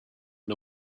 and